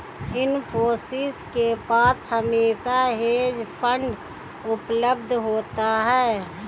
इन्फोसिस के पास हमेशा हेज फंड उपलब्ध होता है